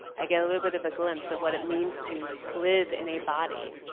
i get a little bit of a glimpse of what it means to live in a body.